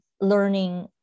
learning